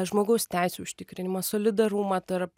žmogaus teisių užtikrinimą solidarumą tarp